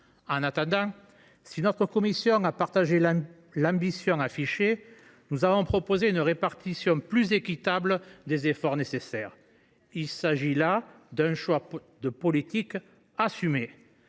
En attendant, si notre commission a partagé l’ambition affichée dans ce texte, nous avons proposé une répartition plus équitable des efforts nécessaires. Il s’agit là d’un choix politique assumé.